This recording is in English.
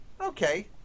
okay